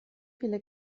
viele